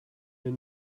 your